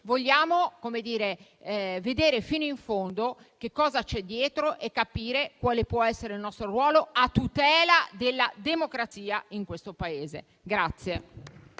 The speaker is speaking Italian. vogliamo vedere fino in fondo che cosa c'è dietro e capire quale possa essere il nostro ruolo a tutela della democrazia in questo Paese.